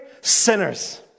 sinners